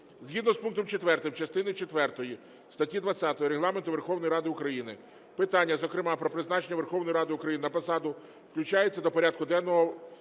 Згідно з пунктом 4 частини четвертої статті 20 Регламенту Верховної Ради України питання, зокрема про призначення Верховною Радою України на посаду, включається до порядку денного сесії